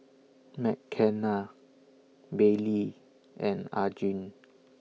Mckenna Baylee and Arjun